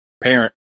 parent